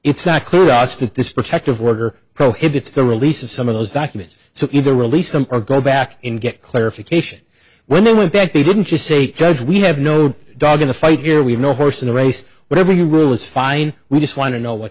that this protective order prohibits the release of some of those documents so either release them or go back and get clarification when they went back they didn't just say to those we have no dog in the fight here we have no horse in the race whatever your rule is fine we just want to know what